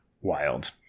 Wild